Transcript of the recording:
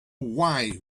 why